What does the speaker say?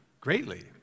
greatly